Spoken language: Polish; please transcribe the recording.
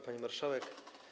Pani Marszałek!